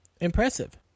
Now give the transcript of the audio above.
Impressive